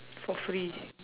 for free